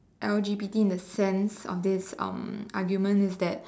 L_G_B_T in a sense of this um argument is that